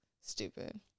stupid